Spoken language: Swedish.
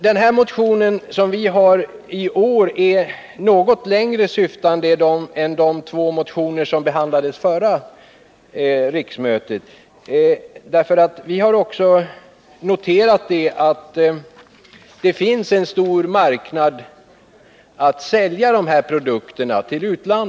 Vår motion i år är något längre syftande än de två motioner som behandlades vid förra riksmötet. Vi har i den noterat att det finns en stor marknad i utlandet för de aktuella produkterna.